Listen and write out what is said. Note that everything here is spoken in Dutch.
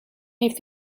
heeft